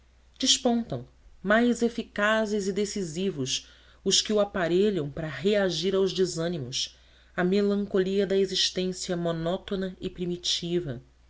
despontam mais eficazes e decisivos os que o aparelham para reagir aos desânimos à melancolia da existência monótona e primitiva